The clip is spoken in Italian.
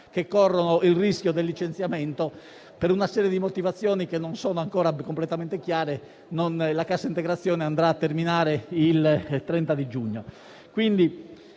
corrono il rischio del licenziamento per una serie di motivazioni che non sono ancora completamente chiare; la cassa integrazione terminerà il 30 giugno.